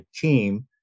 team